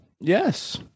Yes